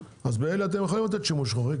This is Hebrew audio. אז באלה אתם יכולים לתת שימוש חורג,